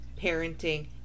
parenting